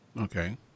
okay